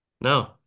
no